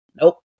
Nope